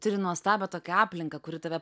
turi nuostabią tokią aplinką kuri tave